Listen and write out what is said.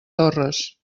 torres